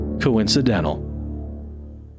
coincidental